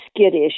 skittish